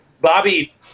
Bobby